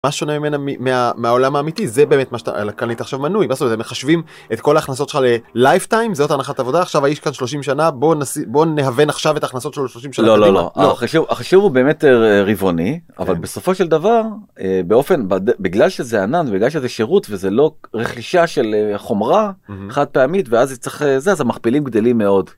מה שונה ממנה מהעולם האמיתי? זה באמת מה שאתה, אתה קנית עכשיו מנוי. מחשבים את כל הכנסות שלך לייפטיים זאת הנחת עבודה עכשיו איש כאן 30 שנה בוא נסיף בוא נהבן עכשיו את הכנסות של 30 שנה לא לא לא חשוב חשוב הוא באמת רבעוני אבל בסופו של דבר, באופן בגלל שזה ענן בגלל שזה שירות וזה לא רכישה של חומרה חד פעמית ואז זה צריך זה זה אז המכפילים גדלים מאוד.